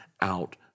out